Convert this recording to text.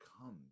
comes